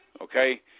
Okay